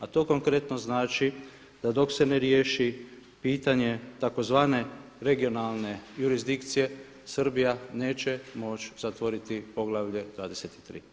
A to konkretno znači, da dok se ne riješi pitanje tzv. regionalne jurisdikcije Srbija neće moći zatvoriti poglavlje 23.